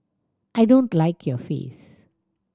I don't like your face